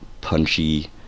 punchy